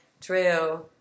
true